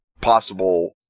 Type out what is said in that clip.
possible